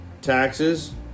taxes